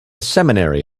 seminary